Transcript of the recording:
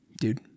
dude